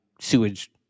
sewage